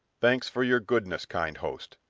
thanks for your goodness, kind host.